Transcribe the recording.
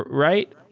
right?